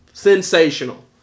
Sensational